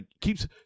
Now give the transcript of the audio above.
keeps